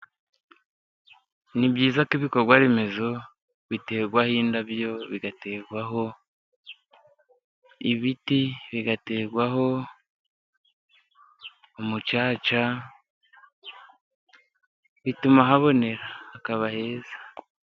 Ni byiza ko ibikorwa remezo biterwaho indabyo, bigaterwaho ibiti bigaterwaho umucaca, bituma habonera hakaba heza.